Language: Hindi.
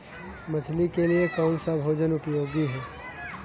मछली के लिए कौन सा भोजन उपयोगी है?